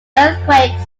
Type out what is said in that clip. earthquakes